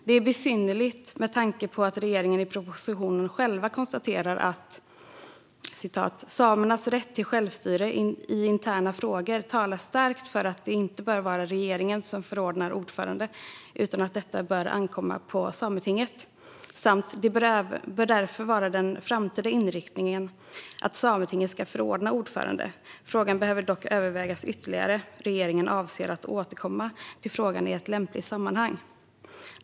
Det är besynnerligt med tanke på vad regeringen i propositionen själv konstaterar: "Samernas rätt till självstyre i interna frågor talar dock starkt för att det inte bör vara regeringen som förordnar ordförande, utan att detta bör ankomma på Sametinget . Det bör därför vara den framtida inriktningen att Sametinget ska förordna ordförande. Frågan behöver dock övervägas ytterligare. Regeringen avser återkomma till frågan i lämpligt sammanhang."